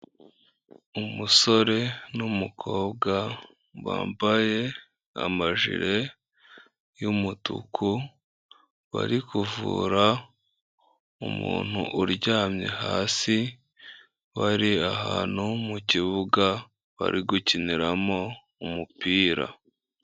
Umusore n'umukobwa bambaye amajire y'umutuku bari kuvura umuntu uryamye hasi, wari ahantu mu kibuga bari gukiniramo umupira.